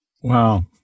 wow